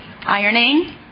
Ironing